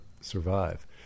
survive